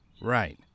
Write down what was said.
Right